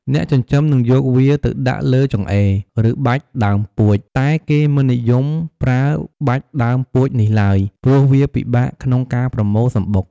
អ្នកចិញ្ចឹមនឹងយកវាទៅដាក់លើចង្អេរ ឬបាច់ដើមពួច តែគេមិននិយមប្រើបាច់ដើមពួចនេះឡើយ ព្រោះវាពិបាកក្នុងការបម្រូលសំបុក។